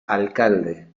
alcalde